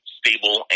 stable